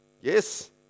Yes